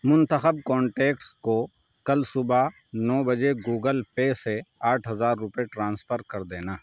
منتخب کانٹیکٹس کو کل صبح نو بجے گوگل پے سے آٹھ ہزار روپئے ٹرانسفر کر دینا